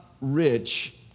rich